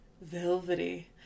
velvety